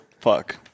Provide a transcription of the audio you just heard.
Fuck